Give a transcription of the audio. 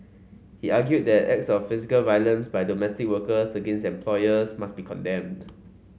he argued that acts of physical violence by domestic workers against employers must be condemned